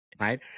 Right